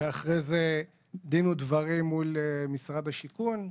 ואחרי זה דין ודברים מול משרד השיכון,